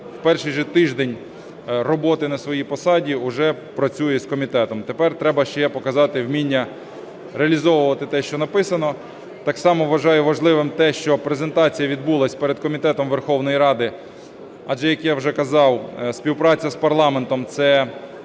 в перший же тиждень роботи на своїй посаді уже працює з комітетом. Тепер треба ще показати вміння реалізовувати те, що написано. Так само вважаю важливим те, що презентація відбулася перед комітетом Верховної Ради, адже, як я вже казав, співпраця з парламентом – це